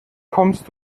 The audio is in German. kommst